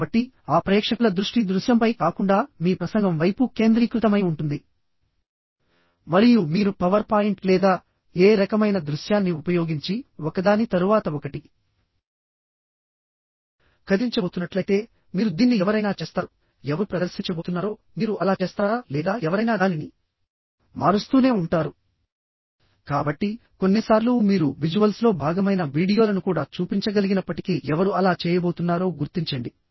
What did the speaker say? కాబట్టి ఆ ప్రేక్షకుల దృష్టి దృశ్యంపై కాకుండా మీ ప్రసంగం వైపు కేంద్రీకృతమై ఉంటుంది మరియు మీరు పవర్ పాయింట్ లేదా ఏ రకమైన దృశ్యాన్ని ఉపయోగించి ఒకదాని తరువాత ఒకటి కదిలించబోతున్నట్లయితే మీరు దీన్ని ఎవరైనా చేస్తారుఎవరు ప్రదర్శించబోతున్నారో మీరు అలా చేస్తారా లేదా ఎవరైనా దానిని మారుస్తూనే ఉంటారు కాబట్టికొన్నిసార్లు మీరు విజువల్స్లో భాగమైన వీడియోలను కూడా చూపించగలిగినప్పటికీ ఎవరు అలా చేయబోతున్నారో గుర్తించండి